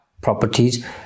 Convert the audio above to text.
properties